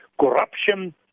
corruption